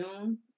June